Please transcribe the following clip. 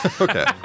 Okay